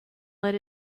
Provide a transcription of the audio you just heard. let